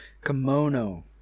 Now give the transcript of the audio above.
Kimono